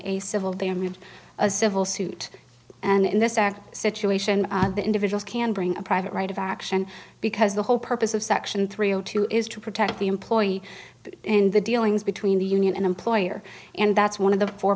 a civil damages a civil suit and in this act situation the individual can bring a private right of action because the whole purpose of section three o two is to protect the employee in the dealings between the union and employer and that's one of the four